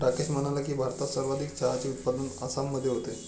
राकेश म्हणाला की, भारतात सर्वाधिक चहाचे उत्पादन आसाममध्ये होते